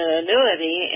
annuity